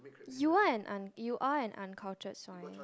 you are un~ you are an uncultured swine